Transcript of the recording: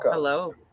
Hello